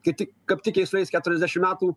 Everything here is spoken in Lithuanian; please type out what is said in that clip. kai tik kaip tik jai sueis keturiasdešim metų